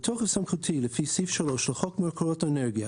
בתוקף סמכותי לפי סעיף 3 לחוק מקורות אנרגיה,